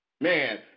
Man